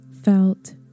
felt